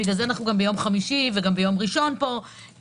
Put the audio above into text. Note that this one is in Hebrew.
לכן אנחנו פה גם בימי חמישי וראשון כי